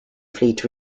fleet